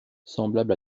semblable